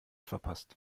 verpasst